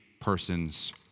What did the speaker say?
persons